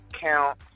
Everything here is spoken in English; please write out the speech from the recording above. count